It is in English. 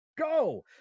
go